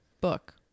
book